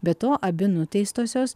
be to abi nuteistosios